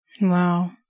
Wow